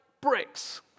bricks